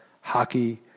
hockey